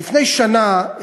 לפני שנה,